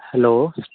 hello